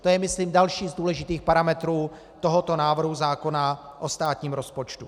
To je myslím další z důležitých parametrů tohoto návrhu zákona o státním rozpočtu.